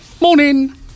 Morning